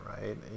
right